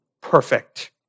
perfect